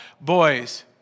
Boys